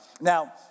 Now